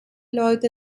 leute